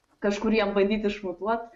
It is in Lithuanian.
kažkur ją bandyt išmutuot